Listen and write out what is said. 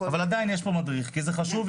אבל עדיין יש פה מדריך כי זה חשוב.